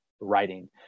writing